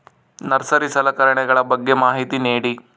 Nursery ಸಲಕರಣೆಗಳ ಬಗ್ಗೆ ಮಾಹಿತಿ ನೇಡಿ?